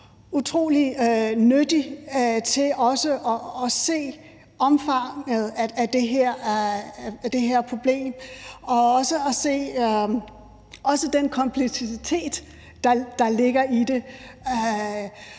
utrolig nyttig med hensyn til også at se omfanget af det her problem og den kompleksitet, der ligger i det.